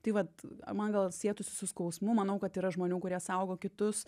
taip vat man gal sietųsi su skausmu manau kad yra žmonių kurie saugo kitus